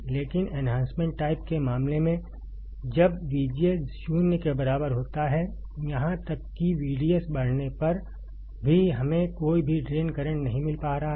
लेकिन enhancement type के मामले में जब VGS 0 के बराबर होता है यहां तक कि VDS बढ़ने पर भी हमें कोई भी ड्रेन करंट नहीं मिल पा रहा था